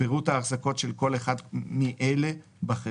פירוט ההחזקות של כל אחד מאלה בחברה,